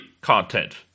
content